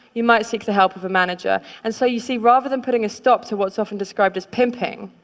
you might seek the help of a manager. and so you see, rather than putting a stop to what's often descried as pimping,